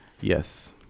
Yes